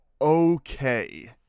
okay